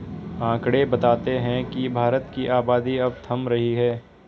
आकंड़े बताते हैं की भारत की आबादी अब थम रही है